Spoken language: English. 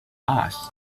asked